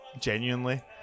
Genuinely